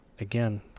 again